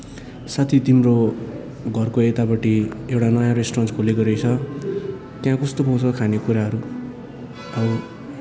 साथी तिम्रो घरको एतापट्टि एउडा नयाँ रेस्टोरेन्ट खोलेको रैस त्याँ कोस्तो पाउँस खाने कुराहरू आबो